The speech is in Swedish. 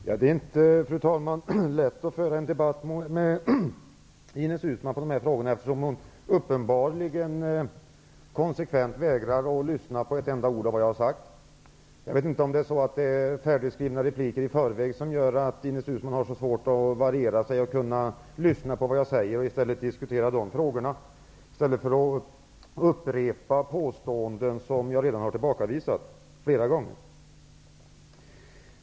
Fru talman! Det är inte lätt att föra en debatt med Ines Uusmann i dessa frågor, eftersom hon uppenbarligen konsekvent vägrar att lyssna på ett enda ord som jag har sagt. Jag vet inte om det är så att Ines Uusmann har i förväg färdigskrivna repliker, som gör att hon har svårt att lyssna på vad jag säger och diskutera det, utan i stället upprepar påståenden som jag redan har tillbakavisat flera gånger.